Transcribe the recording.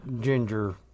Ginger